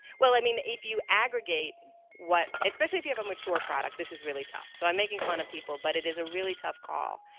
well, i mean, if you aggregate what especially if you have a mature product, this is really tough. so i'm making fun of people. but it is a really tough call.